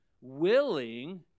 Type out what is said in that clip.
willing